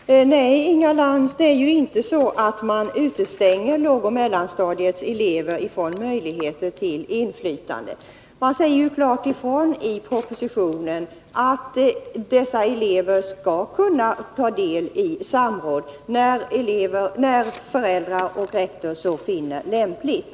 Herr talman! Nej, Inga Lantz, det är inte så att lågoch mellanstadiets elever utestängs från möjligheter till inflytande. Det sägs klart ifrån i propositionen att dessa elever skall kunna ta del i samråd när föräldrar och rektor så finner lämpligt.